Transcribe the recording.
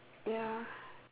ya